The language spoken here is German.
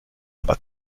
aber